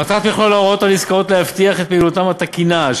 מטרת מכלול ההוראות הנזכרות להבטיח את פעילותם התקינה של